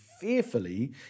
fearfully